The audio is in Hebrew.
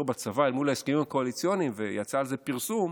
בצבא אל מול ההסכמים הקואליציוניים ויצא על זה פרסום,